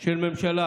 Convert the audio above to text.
של ממשלה.